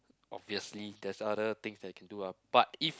obviously there's other things that you can do ah but if